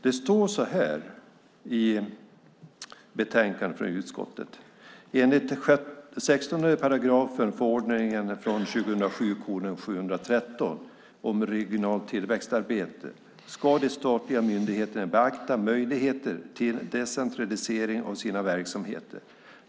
Det står så här i betänkandet från utskottet: Enligt 16 § förordningen 2007:713 om regionalt tillväxtarbete ska de statliga myndigheterna beakta möjligheten till decentralisering av sina verksamheter.